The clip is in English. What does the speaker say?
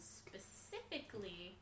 specifically